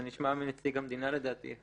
זה נשמע מנציג המדינה לדעתי.